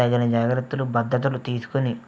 తగిన జాగ్రత్తలు భద్రతలు తీసుకొని